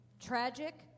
Tragic